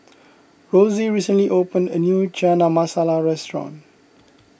Rosie recently opened a new Chana Masala restaurant